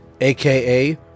aka